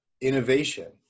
innovation